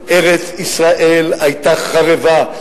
ארץ-ישראל היתה חרבה.